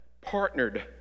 partnered